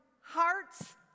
hearts